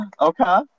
okay